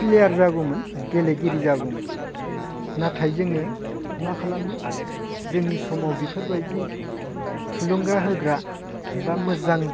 player जागौमोन गेलेगिरि जागौमोन नाथाय जोङो मा खालामनो जोंनि समाव बेफोर बायदि थुलुंगा होग्रा बा मोजां